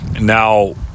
Now